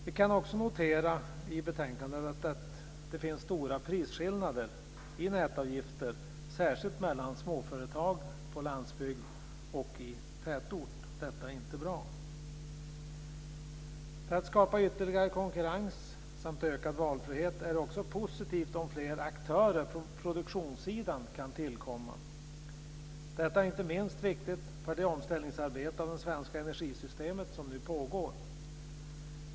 Vi kan också notera i betänkandet att det finns stora prisskillnader i fråga om nätavgifter, särskilt mellan småföretag på landsbygd och i tätort. Detta är inte bra. För att skapa ytterligare konkurrens och ökad valfrihet är det också positivt om flera aktörer på produktionssidan kan tillkomma. Det är inte minst viktigt för det arbete med omställningen av det svenska energisystemet som nu pågår.